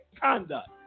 conduct